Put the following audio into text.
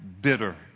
bitter